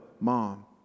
mom